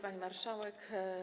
Pani Marszałek!